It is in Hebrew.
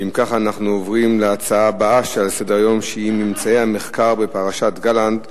אנחנו עוברים לנושא הבא בסדר-היום: ממצאי המחקר בפרשת גלנט,